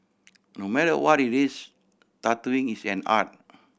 no matter what it is tattooing is an art